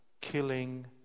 killing